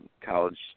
college